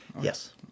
Yes